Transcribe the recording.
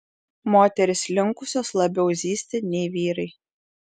moterys linkusios labiau zyzti nei vyrai